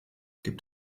gibt